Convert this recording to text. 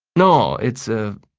no, it's a, ah,